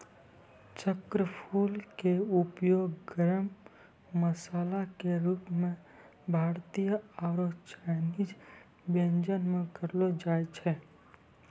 चक्रफूल के उपयोग गरम मसाला के रूप मॅ भारतीय आरो चायनीज व्यंजन म करलो जाय छै